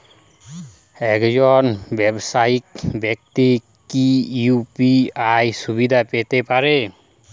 একজন ব্যাবসায়িক ব্যাক্তি কি ইউ.পি.আই সুবিধা পেতে পারে?